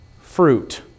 fruit